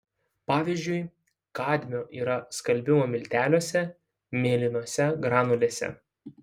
pavyzdžiui kadmio yra skalbimo milteliuose mėlynose granulėse